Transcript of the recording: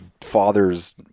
fathers